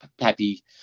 happy